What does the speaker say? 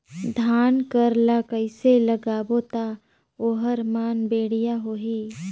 धान कर ला कइसे लगाबो ता ओहार मान बेडिया होही?